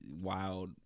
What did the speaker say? wild